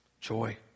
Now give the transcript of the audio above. Joy